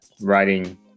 writing